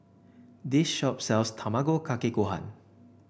this shop sells Tamago Kake Gohan